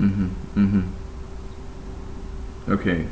mmhmm mmhmm okay